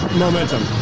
momentum